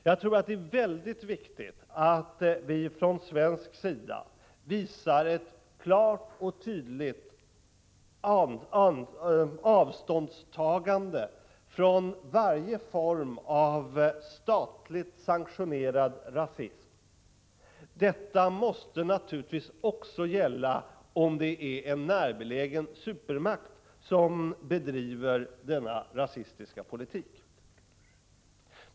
Jag tror att det är viktigt att vi från svensk sida visar ett klart och tydligt avståndstagande från varje form av statligt sanktionerad rasism. Detta måste naturligtvis gälla också om det är en närbelägen supermakt som bedriver denna rasistiska politik.